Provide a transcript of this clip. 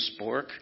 spork